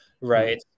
right